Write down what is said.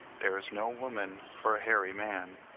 there is no woman for a hairy man.